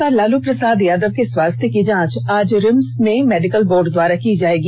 सजायाफता लालू प्रसाद यादव के स्वास्थ्य की जांच आज रिम्स में मेडिकल बोर्ड द्वारा की जाएगी